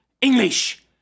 English